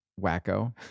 wacko